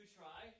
try